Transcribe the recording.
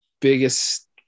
biggest